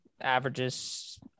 averages